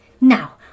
Now